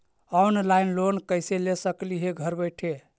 Online loan कैसे ले सकली हे घर बैठे?